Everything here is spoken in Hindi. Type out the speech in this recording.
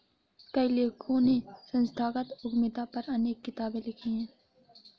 कई लेखकों ने संस्थागत उद्यमिता पर अनेक किताबे लिखी है